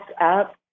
up